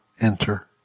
enter